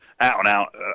out-and-out